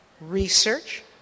research